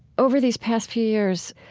over these past few years,